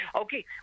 Okay